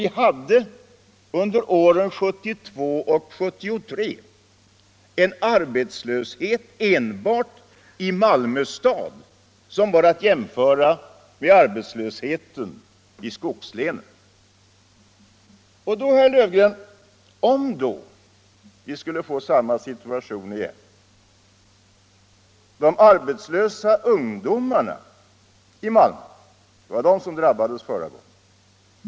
Vi hade under åren 1972 och 1973 en arbetslöshet enbart i Malmö kommun som var att jämställa med arbetslösheten i skogslänen. Antag, herr Löfgren, att vi skulle få samma situation igen. Förra gången var det ungdomarna som drabbades värst.